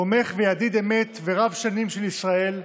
תומך וידיד אמת ורב-שנים של ישראל,